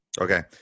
Okay